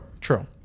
true